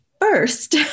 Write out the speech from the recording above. first